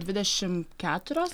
dvidešim keturios